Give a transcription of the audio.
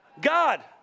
God